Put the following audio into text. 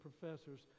professors